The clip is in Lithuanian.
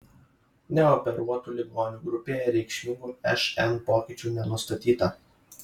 neoperuotų ligonių grupėje reikšmingų šn pokyčių nenustatyta